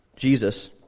Jesus